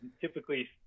typically